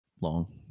long